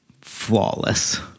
flawless